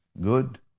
good